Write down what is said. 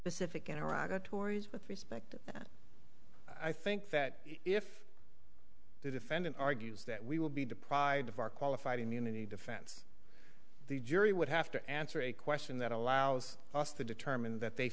specific in iraq a tori's with respect i think that if the defendant argues that we will be deprived of our qualified immunity defense the jury would have to answer a question that allows us to determine that they